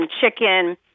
chicken